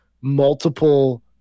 multiple